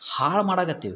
ಹಾಳು ಮಾಡಕ್ಕತ್ತೀವಿ